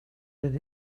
did